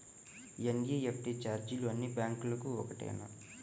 NEFT ఛార్జీలు అన్నీ బ్యాంక్లకూ ఒకటేనా?